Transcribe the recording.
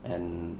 and